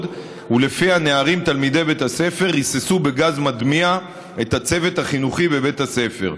שלפיה נערים תלמידי בית הספר ריססו בגז מדמיע את הצוות החינוכי בבית הספר.